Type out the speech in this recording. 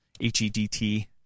HEDT